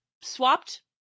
swapped